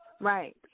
Right